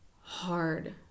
hard